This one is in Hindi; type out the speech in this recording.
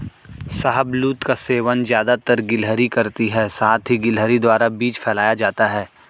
शाहबलूत का सेवन ज़्यादातर गिलहरी करती है साथ ही गिलहरी द्वारा बीज फैलाया जाता है